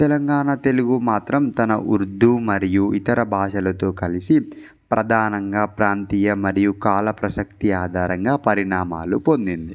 తెలంగాణ తెలుగు మాత్రం తన ఉర్దూ మరియు ఇతర భాషలతో కలిసి ప్రధానంగా ప్రాంతీయ మరియు కాల ప్రశక్తి ఆధారంగా పరిణామాాలు పొందింది